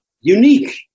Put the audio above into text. unique